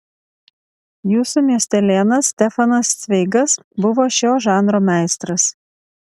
jūsų miestelėnas stefanas cveigas buvo šio žanro meistras